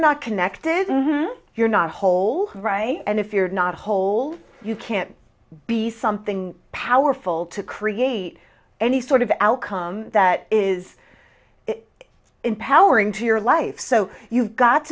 not connected you're not whole right and if you're not holes you can't be something powerful to create any sort of outcome that is empowering to your life so you've got